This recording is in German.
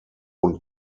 und